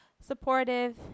supportive